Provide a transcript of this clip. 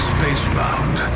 Spacebound